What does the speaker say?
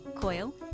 Coil